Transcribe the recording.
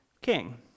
king